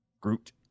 Groot